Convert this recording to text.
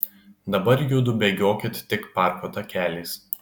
dabar judu bėgiokit tik parko takeliais